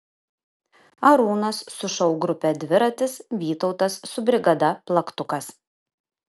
arūnas su šou grupe dviratis vytautas su brigada plaktukas